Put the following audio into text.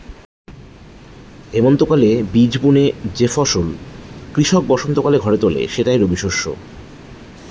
হেমন্তকালে বীজ বুনে যে ফসল কৃষক বসন্তকালে ঘরে তোলে সেটাই রবিশস্য